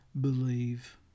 believe